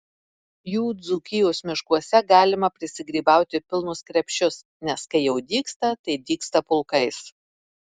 jų dzūkijos miškuose galima prisigrybauti pilnus krepšius nes kai jau dygsta tai dygsta pulkais